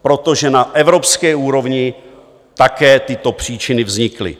Protože na evropské úrovni také tyto příčiny vznikly.